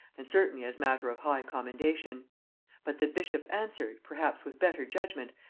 and certainly as matter of high commendation but the bishop answered, perhaps with better judgement,